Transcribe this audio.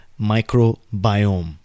microbiome